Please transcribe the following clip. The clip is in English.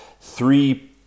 three